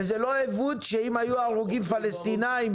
וזה לא עיוות שאם היו הרוגים פלסטינאים,